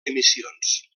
emissions